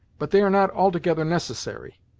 but they are not altogether necessary.